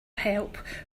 help